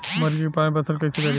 मुर्गी के पालन पोषण कैसे करी?